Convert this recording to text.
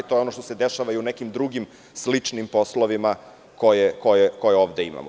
To je ono što se dešava i u nekim drugim sličnim poslovima koje ovde imamo.